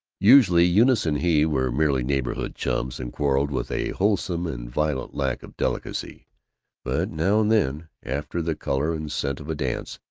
usually eunice and he were merely neighborhood chums, and quarreled with a wholesome and violent lack of delicacy but now and then, after the color and scent of a dance,